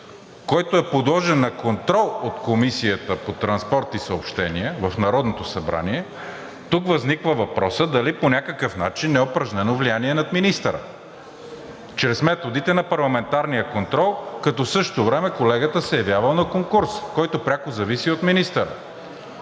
който е подложен на контрол от Комисията по транспорт и съобщения в Народното събрание, тук възниква въпросът: дали по някакъв начин не е упражнено влияние над министъра чрез методите на парламентарния контрол, като в същото време колегата се е явявал на конкурс, който пряко зависи от министъра?